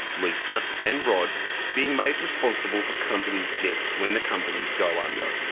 lisa and rod being made responsible for companies' debts when the companies go under.